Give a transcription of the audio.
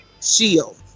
shield